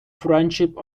friendship